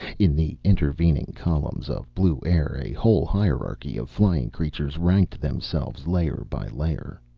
in the intervening columns of blue air a whole hierarchy of flying creatures ranked themselves, layer by layer.